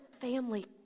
family